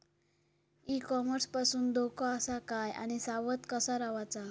E commerce पासून धोको आसा काय आणि सावध कसा रवाचा?